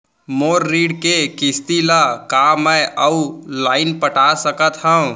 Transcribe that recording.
मोर ऋण के किसती ला का मैं अऊ लाइन पटा सकत हव?